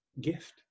Gift